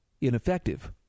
ineffective